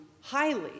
highly